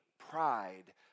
pride